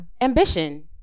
ambition